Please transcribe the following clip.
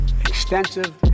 extensive